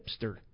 hipster